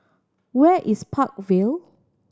where is Park Vale